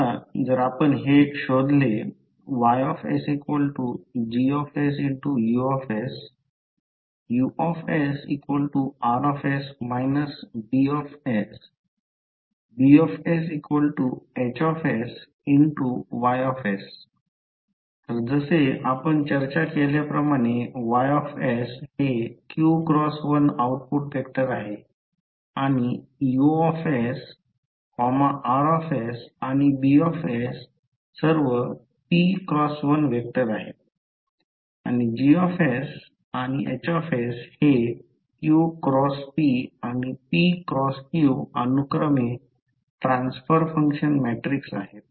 आता जर आपण हे शोधले YsGsUs UsRs Bs BsHsYs तर जसे आपण चर्चा केल्याप्रमाणे Y हे qx1 आउटपुट व्हेक्टर आहे आणि URआणि B सर्व px1 व्हेक्टर आहेत आणि G आणि H हे qxp आणि pxqअनुक्रमे ट्रान्सफर फंक्शन मॅट्रिक आहेत